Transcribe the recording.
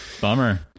Bummer